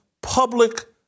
public